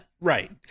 Right